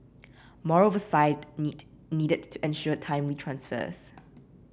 more oversight need needed to ensure timely transfers